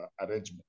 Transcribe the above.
arrangement